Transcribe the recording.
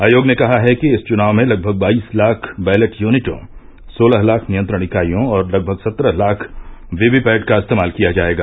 आयोग ने कहा है कि इस चुनाव में लगभग बाईस लाख बैलेट यूनियों सोलह लाख नियंत्रण इकाईयों और लगभग सत्रह लाख वीवीपैट का इस्तेमाल किया जाएगा